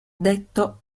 detto